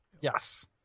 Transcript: Yes